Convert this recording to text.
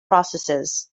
processes